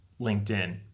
LinkedIn